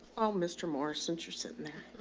all mr. morris since you're sitting there.